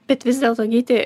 bet vis dėlto gyti